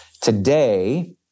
today